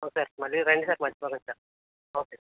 అవును సార్ మళ్ళీ రండి సార్ మర్చిపోకండి సార్ ఓకే సార్